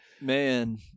Man